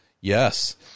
Yes